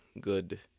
good